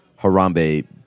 Harambe